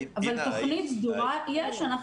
אבל תוכנית סדורה יש.